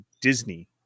disney